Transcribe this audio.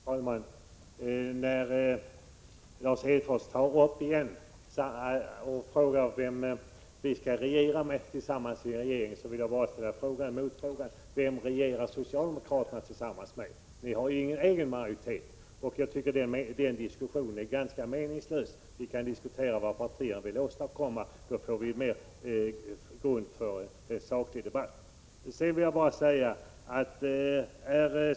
Fru talman! När Lars Hedfors nu igen tar upp frågan vem vi skall regera tillsammans med i en regering vill jag bara ställa en motfråga: Vem regerar socialdemokraterna med? Ni har ju ingen egen majoritet. Jag tycker att den diskussionen är ganska meningslös. Låt oss i stället diskutera vad partierna vill åstadkomma, då får vi en bättre grund för en saklig debatt.